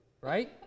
Right